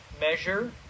Measure